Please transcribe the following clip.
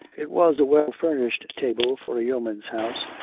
it was a well-furnished table for a yeoman's house.